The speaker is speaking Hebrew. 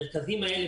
המרכזים האלה,